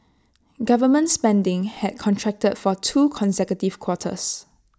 government spending had contracted for two consecutive quarters